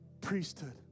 priesthood